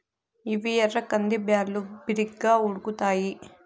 ఇవి ఎర్ర కంది బ్యాళ్ళు, బిరిగ్గా ఉడుకుతాయి